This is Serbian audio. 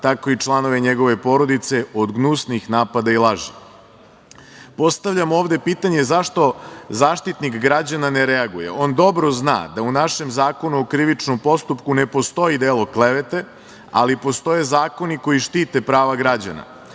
tako i članove njegove porodice od gnusnih napada i laži? Postavljamo ovde pitanje zašto Zaštitnik građana ne reaguje? On dobro zna da u našem Zakonu o krivičnom postupku ne postoji delo klevete, ali postoje zakoni koji štite prava građana.